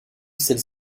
celle